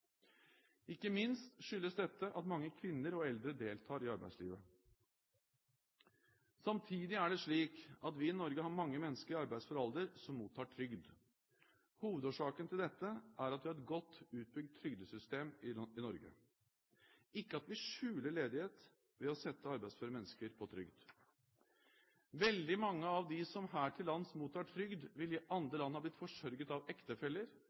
Ikke minst skyldes dette at mange kvinner og eldre deltar i arbeidslivet. Samtidig er det slik at vi i Norge har mange mennesker i arbeidsfør alder som mottar trygd. Hovedårsaken til dette er at vi har et godt utbygd trygdesystem i Norge – ikke at vi skjuler ledighet ved å sette arbeidsføre mennesker på trygd. Veldig mange av dem som her til lands mottar trygd, ville i andre land ha blitt forsørget av ektefeller,